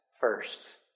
first